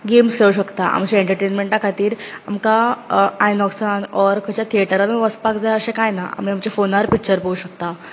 games खेळुंक शकतात आमच्या एन्टर्टेन्मन्टा खातीर आमकां आयनोक्सान ऑर खंयच्याय थिएटरानुय वचपाक जाय अशें काय ना आमच्या फोनार पिक्चर पळोवंक शकतात